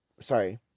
sorry